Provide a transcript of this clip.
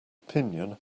opinion